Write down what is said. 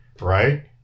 right